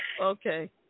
okay